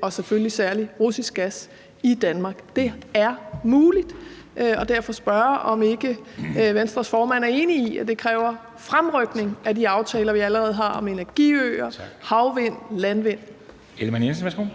og selvfølgelig særlig russisk gas i Danmark. Det er muligt, og derfor vil jeg spørge, om ikke Venstres formand er enig i, at det kræver fremrykning af de aftaler, vi allerede har om energiøer og energi fra havvind-